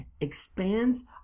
expands